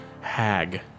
hag